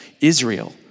Israel